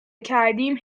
کردیم